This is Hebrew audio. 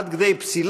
עד כדי פסילה,